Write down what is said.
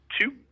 two